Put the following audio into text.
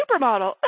supermodel